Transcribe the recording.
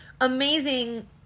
amazing